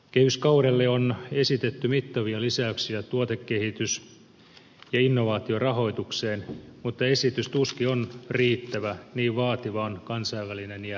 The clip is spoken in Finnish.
kehyskaudelle on esitetty mittavia lisäyksiä tuotekehitys ja innovaatiorahoitukseen mutta esitys tuskin on riittävä niin vaativa on kansainvälinen ja kiristyvä kilpailu